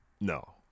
No